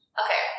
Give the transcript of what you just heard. okay